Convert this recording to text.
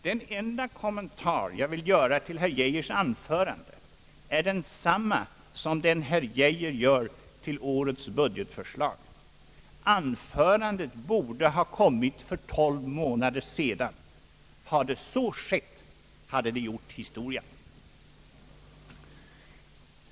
Den enda kommentar jag vill göra till herr Geijers anförande är densamma som den herr Geijer gjorde till årets budgetsförslag: anförandet borde ha kommit för tolv månader sedan. Hade så skett, hade det gjort historia.